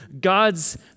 God's